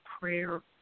prayer